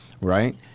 Right